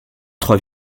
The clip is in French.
trois